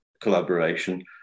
collaboration